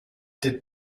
did